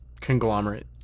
conglomerate